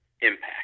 impact